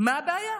מה הבעיה?